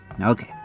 Okay